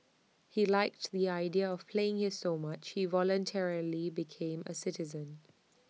he liked the idea of playing here so much he voluntarily became A citizen